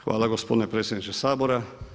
Hvala gospodine predsjedniče Sabora.